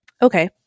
Okay